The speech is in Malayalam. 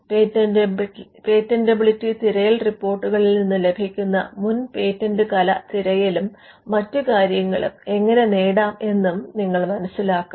പേറ്റന്റബിലിറ്റി തിരയൽ റിപ്പോർട്ടുകളിൽ നിന്ന് ലഭിക്കുന്ന മുൻ പേറ്റന്റ് കല തിരയലും മറ്റ് കാര്യങ്ങളും എങ്ങനെ നേടാം എന്നും നിങ്ങൾ മനസിലാക്കും